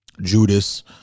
Judas